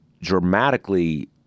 dramatically